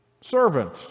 servant